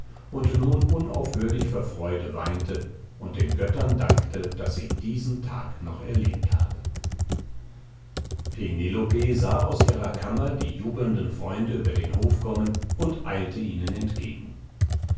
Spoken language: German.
und nun unaufhörlich vor freude weinte und den göttern dankte daß sie diesen tag noch erlebt habe penelope sah aus ihrer kammer die jubelnden freunde über den hof kommen und eilte ihnen entgegen